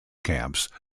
camps